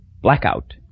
Blackout